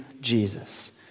Jesus